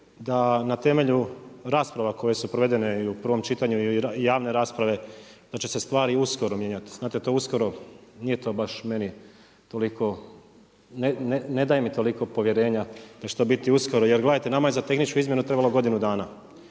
da na temelju rasprava koje su provedene i u prvom čitanju i javne rasprave da će se stvari uskoro mijenjati, znate to uskoro nije to baš meni toliko, ne daje mi toliko povjerenja da će to biti uskoro, jer gledajte nama je za tehničku izmjenu trebalo godinu dana,